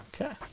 Okay